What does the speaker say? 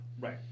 Right